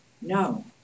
No